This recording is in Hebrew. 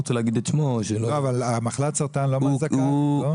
אבל חלה במחלת סרטן לא זכאי?